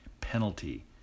penalty